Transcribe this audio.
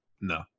no